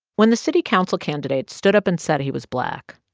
when the city council candidates stood up and said he was black,